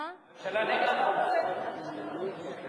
הממשלה נגד החוק הזה?